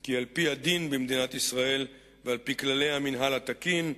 כי על-פי הדין במדינת ישראל ועל-פי כללי המינהל התקין,